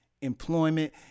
employment